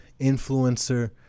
influencer